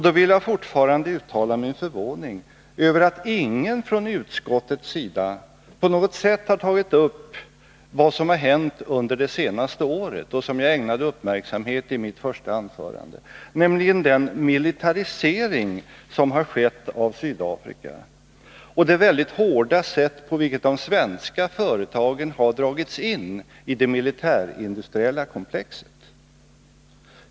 Då vill jag fortfarande uttala min förvåning över att ingen från utskottets sida på något sätt har tagit upp vad som har hänt under det senaste året och som jag ägnade uppmärksamhet i mitt första anförande, nämligen den militarisering som har skett av Sydafrika och det väldigt hårda sätt på vilket de svenska företagen har dragits in i det militärindustriella komplexet.